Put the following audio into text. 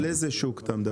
על איזה שוק אתה מדבר?